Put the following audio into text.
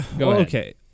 Okay